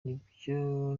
nibyo